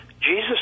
jesus